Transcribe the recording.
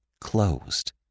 closed